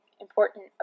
important